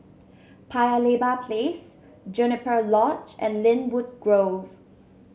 Paya Lebar Place Juniper Lodge and Lynwood Grove